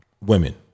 Women